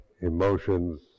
emotions